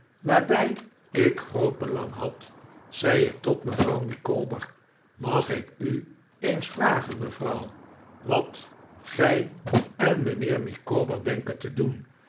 waarbij ik groot belang had zei ik tot mevrouw micawber mag ik u eens vragen mevrouw wat gij en mijnheer micawber denken te doen